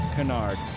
Kennard